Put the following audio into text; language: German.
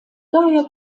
daher